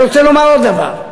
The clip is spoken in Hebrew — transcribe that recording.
אני רוצה לומר עוד דבר.